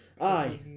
Aye